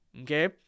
okay